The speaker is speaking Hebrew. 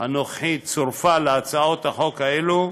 הנוכחית צורפה להצעות החוק האלה,